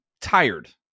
tired